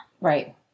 Right